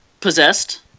possessed